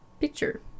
Picture